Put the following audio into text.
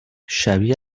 شبیه